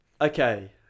Okay